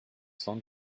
cent